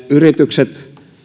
yritykset